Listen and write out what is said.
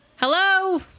Hello